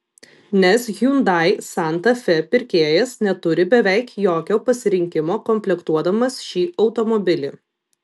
nes hyundai santa fe pirkėjas neturi beveik jokio pasirinkimo komplektuodamas šį automobilį